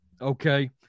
okay